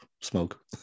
smoke